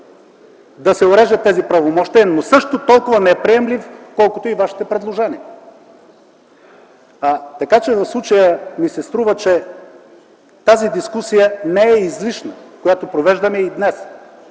да се орежат тези правомощия, но също толкова неприемлив, колкото и Вашите предложения. В случая ми се струва, че тази дискусия, която провеждаме и днес,